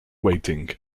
waiting